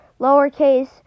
lowercase